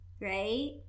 right